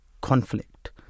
conflict